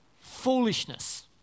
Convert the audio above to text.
Foolishness